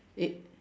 it